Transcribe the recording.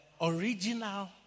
original